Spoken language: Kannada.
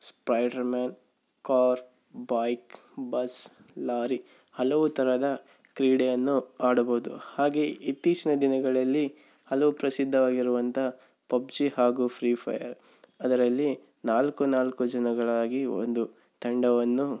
Spider-Man car bike bus lorry ಹಲವು ಥರದ ಕ್ರೀಡೆಯನ್ನು ಆಡಬಹುದು ಹಾಗೆ ಇತ್ತೀಚಿನ ದಿನಗಳಲ್ಲಿ ಹಲವು ಪ್ರಸಿದ್ಧವಾಗಿರುವಂಥ ಪಬ್ಜಿ ಹಾಗೂ ಫ್ರೀ ಫಯರ್ ಅದರಲ್ಲಿ ನಾಲ್ಕು ನಾಲ್ಕು ಜನಗಳಾಗಿ ಒಂದು ತಂಡವನ್ನು